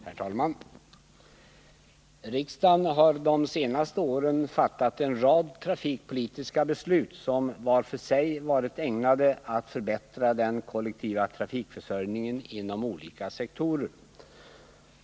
Herr talman! Riksdagen har de senaste åren fattat en rad trafikpolitiska beslut som vart för sig varit ägnat att förbättra den kollektiva trafikförsörjningen inom olika sektorer.